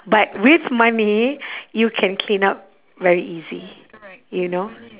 but with money you can clean up very easy you know